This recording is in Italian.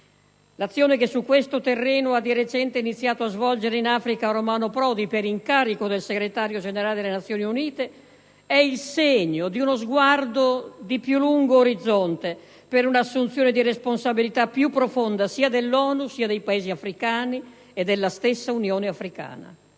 L'azione che, su questo terreno, ha di recente iniziato a svolgere in Africa Romano Prodi per incarico del Segretario generale delle Nazioni Unite è il segno di uno sguardo di più lungo orizzonte, per un'assunzione di responsabilità più profonda, sia dell'ONU, che dei Paesi africani e della stessa Unione africana.